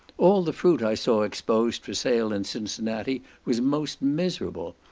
all the fruit i saw exposed for sale in cincinnati was most miserable.